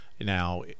Now